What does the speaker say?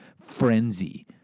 frenzy